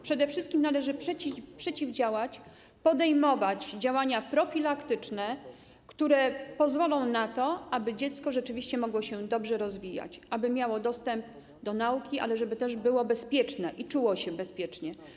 Przede wszystkim należy przeciwdziałać, podejmować działania profilaktyczne, które pozwolą na to, aby dziecko rzeczywiście mogło się dobrze rozwijać, aby miało dostęp do nauki, ale też żeby było bezpieczne i czuło się bezpiecznie.